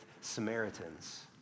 Samaritans